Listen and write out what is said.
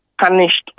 punished